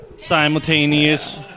Simultaneous